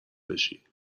بشی